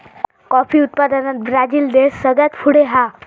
coffee उत्पादनात Brazil देश सगळ्यात पुढे हा